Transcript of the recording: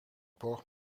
borg